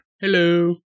Hello